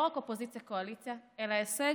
לא רק אופוזיציה-קואליציה אלא הישג